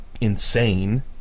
insane